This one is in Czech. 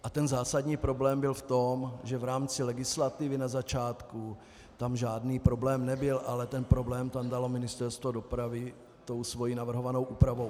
A zásadní problém byl v tom, že v rámci legislativy na začátku tam žádný problém nebyl, ale ten problém tam dalo Ministerstvo dopravy tou svou navrhovanou úpravou.